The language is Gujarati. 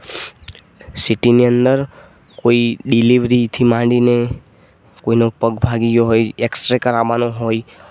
સિટિની અંદર કોઈ ડિલિવરીથી માંડીને કોઈનો પગ ભાંગી ગયો હોય એક્સરે કરાવવાનો હોય